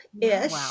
ish